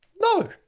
No